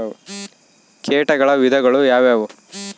ಕೇಟಗಳ ವಿಧಗಳು ಯಾವುವು?